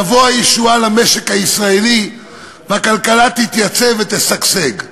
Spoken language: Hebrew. תבוא הישועה למשק הישראלי והכלכלה תתייצב ותשגשג.